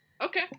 Okay